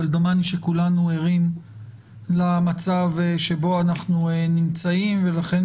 אבל דומני שכולנו ערים למצב שבו אנחנו נמצאים ולכן